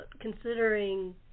considering